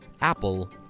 Apple